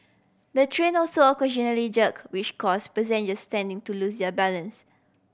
the train also occasionally jerk which cause passenger standing to lose their balance